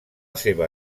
seva